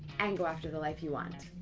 and go after the life you want.